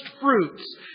fruits